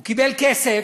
הוא קיבל כסף,